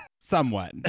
Somewhat